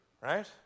right